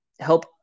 help